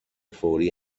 فوری